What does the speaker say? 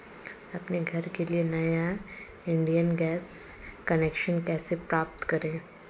अपने घर के लिए नया इंडियन गैस कनेक्शन कैसे प्राप्त करें?